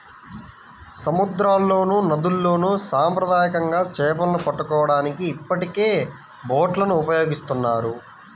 సముద్రాల్లోనూ, నదుల్లోను సాంప్రదాయకంగా చేపలను పట్టుకోవడానికి ఇప్పటికే బోట్లను ఉపయోగిస్తున్నారు